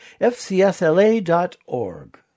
fcsla.org